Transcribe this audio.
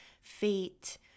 fate